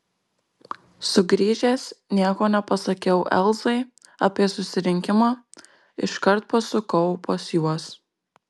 sugrįžęs nieko nepasakiau elzai apie susirinkimą iškart pasukau pas juos